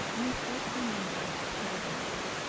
and if that he may not, paraventure,